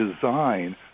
design